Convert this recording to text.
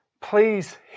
Please